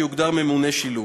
שיוגדר ממונה שילוב.